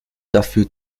dafür